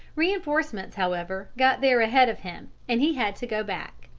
reinforcements, however, got there ahead of him, and he had to go back.